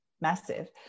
massive